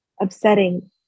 upsetting